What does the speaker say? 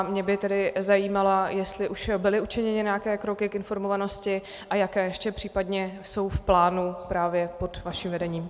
Mě by tedy zajímalo, jestli už byly učiněny nějaké kroky k informovanosti a jaké ještě případně jsou v plánu právě pod vaším vedením.